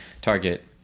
Target